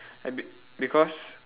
I be~ because